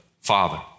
Father